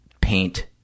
paint